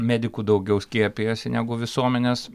medikų daugiau skiepijasi negu visuomenės